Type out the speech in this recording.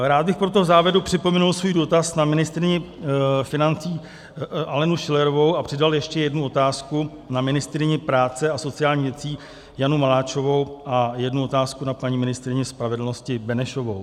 Rád bych proto v závěru připomenul svůj dotaz na ministryni financí Alenu Schillerovou a přidal ještě jednu otázku na ministryni práce a sociálních věcí Janu Maláčovou a jednu otázku na paní ministryni spravedlnosti Benešovou.